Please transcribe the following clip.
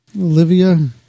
Olivia